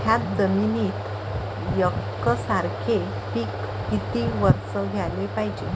थ्याच जमिनीत यकसारखे पिकं किती वरसं घ्याले पायजे?